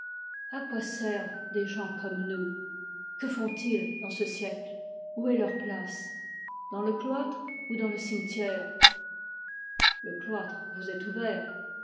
à quoi servent des gens comme nous que font-ils dans ce siècle où est leur place dans le cloître ou dans le cimetière le cloître vous est ouvert